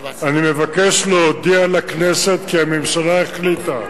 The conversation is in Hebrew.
אני מבקש להודיע לכנסת כי הממשלה החליטה,